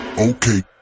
Okay